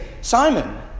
Simon